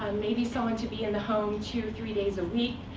um maybe someone to be in the home two, three days a week.